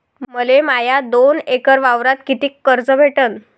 मले माया दोन एकर वावरावर कितीक कर्ज भेटन?